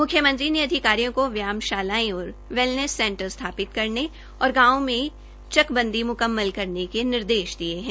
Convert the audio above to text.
मुख्यमंत्री ने अधिकारियों को व्यायामशालाएं और वैलनेस सेंटर स्थापित करने और गांवों में चकबंदी मुकम्मल करवाने के निर्देश दिये है